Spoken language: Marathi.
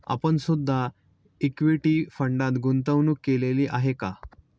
आपण सुद्धा इक्विटी फंडात गुंतवणूक केलेली आहे का?